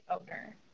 owner